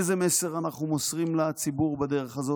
איזה מסר אנחנו מוסרים לציבור בדרך הזאת?